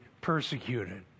persecuted